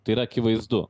tai yra akivaizdu